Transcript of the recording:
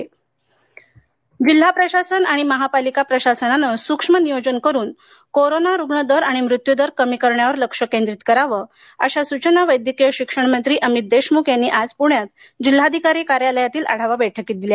corona जिल्हा प्रशासन आणि महापालिका प्रशासनानं सुक्ष्म नियोजन करुन कोरोनाचा रुग्ण दर व मृत्यू दर कमी करण्यावर लक्ष केंद्रित करावे अशा सूचना वैद्यकीय शिक्षण मंत्री अमित देशमुख यांनी आज पुण्यात जिल्हाधिकारी कार्यालयातील आढावा बैठकीत दिल्या